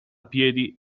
piedi